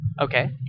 Okay